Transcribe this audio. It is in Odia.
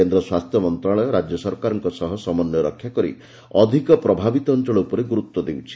କେନ୍ଦ୍ର ସ୍ୱାସ୍ଥ୍ୟ ମନ୍ତ୍ରଣାଳୟ ରାଜ୍ୟ ସରକାରମାନଙ୍କ ସହ ସମନ୍ୱୟ ରକ୍ଷା କରି ଅଧିକ ପ୍ରଭାବିତ ଅଞ୍ଚଳ ଉପରେ ଗୁରୁତ୍ୱ ଦେଉଛି